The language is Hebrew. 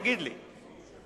תגיד לי.